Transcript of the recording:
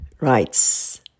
writes